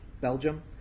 Belgium